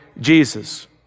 Jesus